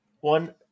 one